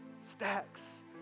stacks